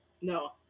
No